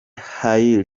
haile